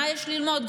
מה יש ללמוד?